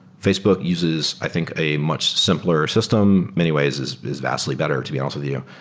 facebook uses i think a much simpler system, many ways is is vastly better to be honest with you,